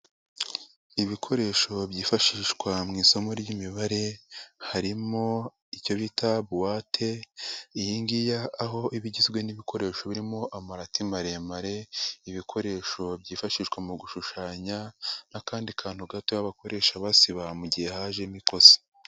Ibikoresho byifashishwa mu isomo ry'imibare, harimo icyo bita buwate, iyi ngiyi aho iba igizwe n'ibikoresho birimo amarati maremare, ibikoresho byifashishwa mu gushushanya n'akandi kantu gato bakoresha basiba mu gihe hajemo ikosa.